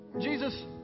Jesus